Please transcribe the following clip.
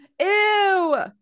ew